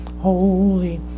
holy